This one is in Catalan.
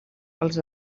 els